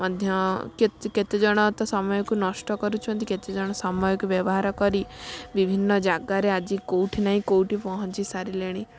ମଧ୍ୟ କେତେ କେତେଜଣ ତ ସମୟକୁ ନଷ୍ଟ କରୁଛନ୍ତି କେତେଜଣ ସମୟକୁ ବ୍ୟବହାର କରି ବିଭିନ୍ନ ଜାଗାରେ ଆଜି କେଉଁଠି ନାହିଁ କେଉଁଠି ପହଞ୍ଚି ସାରିଲେଣି